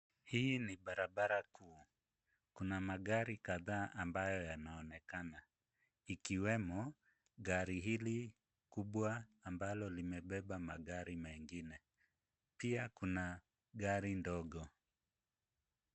Hii ni barabara kuu. Kuna magari kadhaa ambayo yanonekana ikiwemo gari hili kubwa ambalo limebeba magari mengine. Pia kuna gari ndogo.